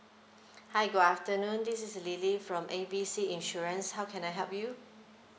hi good afternoon this is lily from A B C insurance how can I help you